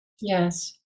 Yes